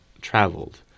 traveled